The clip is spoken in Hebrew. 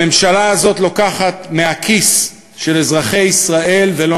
הממשלה הזאת לוקחת מהכיס של אזרחי ישראל ולא